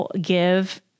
give